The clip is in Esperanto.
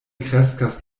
kreskas